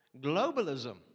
globalism